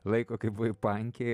laiko kai buvai pankė